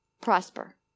Prosper